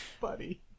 buddy